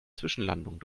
zwischenlandungen